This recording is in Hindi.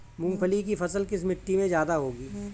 मूंगफली की फसल किस मिट्टी में ज्यादा होगी?